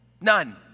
None